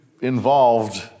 involved